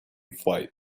flight